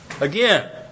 again